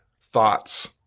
thoughts